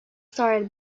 started